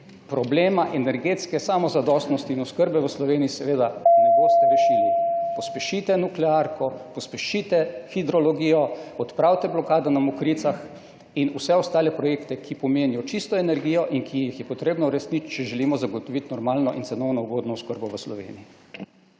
problema energetske samozadostnosti in oskrbe v Sloveniji seveda ne boste rešili. / znak za konec razprave/ Pospešite nuklearko, pospešite hidrologijo, odpravite blokado na Mokricah in vse ostale projekte, ki pomenijo čisto energijo in ki jih je potrebno uresničiti, če želimo zagotoviti normalno in cenovno ugodno oskrbo v Sloveniji.